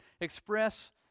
express